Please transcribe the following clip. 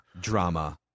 drama